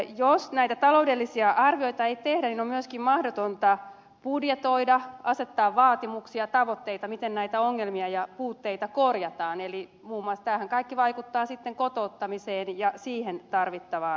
jos näitä taloudellisia arvioita ei tehdä on myöskin mahdotonta budjetoida asettaa vaatimuksia tavoitteita miten näitä ongelmia ja puutteita korjataan eli tämä kaikkihan vaikuttaa sitten kotouttamiseen ja siihen tarvittavaan rahaan